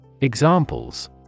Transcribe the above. Examples